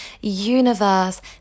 universe